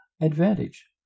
advantage